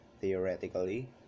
theoretically